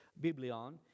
Biblion